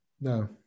No